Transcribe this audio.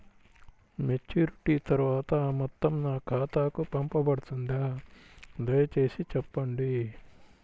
Maturity తర్వాత ఆ మొత్తం నా ఖాతాకు పంపబడుతుందా? దయచేసి చెప్పండి?